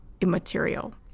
immaterial